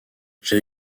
j’ai